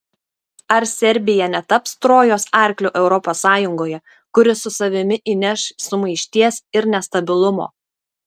ar serbija netaps trojos arkliu europos sąjungoje kuris su savimi įneš sumaišties ir nestabilumo